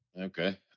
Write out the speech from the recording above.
Okay